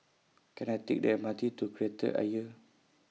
Can I Take The M R T to Kreta Ayer